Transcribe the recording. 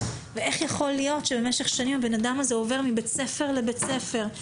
ואיך יכול להיות שבמשך שנים הבן אדם הזה עובר מבית ספר לבית ספר,